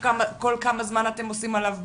כל כמה זמן אתם עושים עליו ביקורת?